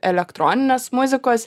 elektroninės muzikos